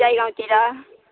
जयगाउँतिर